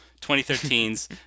2013's